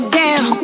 down